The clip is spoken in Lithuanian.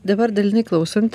dabar dalinai klausant